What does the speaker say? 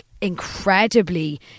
incredibly